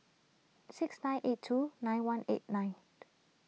six nine eight two nine one eight nine